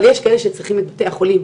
אבל יש כאלה שצריכים את בתי החולים.